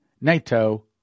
NATO